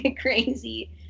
Crazy